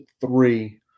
three